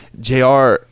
Jr